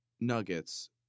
nuggets